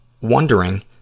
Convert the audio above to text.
wondering